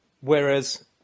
Whereas